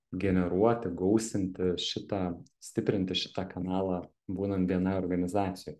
generuoti gausinti šitą stiprinti šitą kanalą būnant bni organizacijoj